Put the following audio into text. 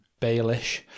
Baelish